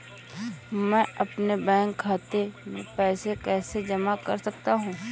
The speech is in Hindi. मैं अपने बैंक खाते में पैसे कैसे जमा कर सकता हूँ?